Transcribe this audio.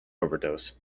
overdose